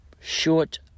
short